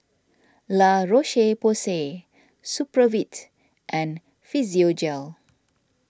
La Roche Porsay Supravit and Physiogel